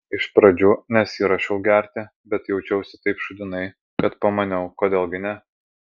iš pradžių nesiruošiau gerti bet jaučiausi taip šūdinai kad pamaniau kodėl gi ne